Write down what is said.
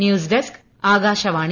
news desk Akashvani